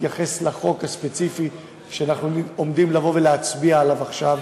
אתייחס לחוק הספציפי שאנחנו עומדים לבוא ולהצביע עליו עכשיו.